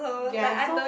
ya so